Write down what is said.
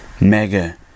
Mega